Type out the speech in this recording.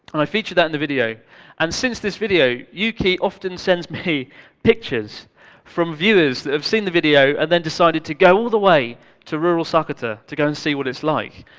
and i featured that in the video and since this video yuki often sends me pictures from viewers that have seen the video and decided to go all the way to rural sakata, to go and see what it's like.